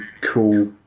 cool